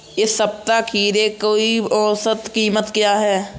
इस सप्ताह खीरे की औसत कीमत क्या है?